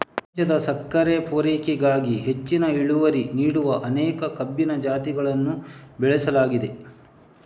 ಪ್ರಪಂಚದ ಸಕ್ಕರೆ ಪೂರೈಕೆಗಾಗಿ ಹೆಚ್ಚಿನ ಇಳುವರಿ ನೀಡುವ ಅನೇಕ ಕಬ್ಬಿನ ಜಾತಿಗಳನ್ನ ಬೆಳೆಸಲಾಗಿದೆ